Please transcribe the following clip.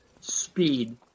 speed